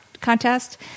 Contest